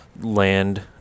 land